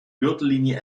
gürtellinie